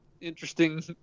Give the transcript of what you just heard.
interesting